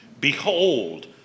behold